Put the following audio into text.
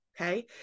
okay